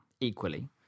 Equally